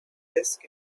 disk